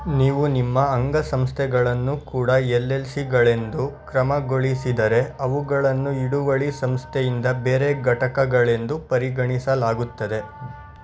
ನೀವು ನಿಮ್ಮ ಅಂಗಸಂಸ್ಥೆಗಳನ್ನು ಕೂಡ ಎಲ್ ಎಲ್ ಸಿಗಳೆಂದು ಕ್ರಮಗೊಳಿಸಿದರೆ ಅವುಗಳನ್ನು ಹಿಡುವಳಿ ಸಂಸ್ಥೆಯಿಂದ ಬೇರೆ ಘಟಕಗಳೆಂದು ಪರಿಗಣಿಸಲಾಗುತ್ತದೆ